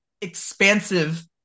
expansive